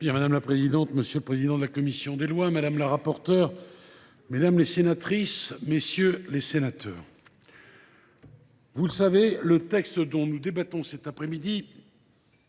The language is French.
Madame la présidente, monsieur le président de la commission des lois, madame la rapporteure, mesdames, messieurs les sénateurs, comme vous le savez, le texte dont nous débattons cette après midi